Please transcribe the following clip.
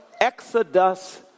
exodus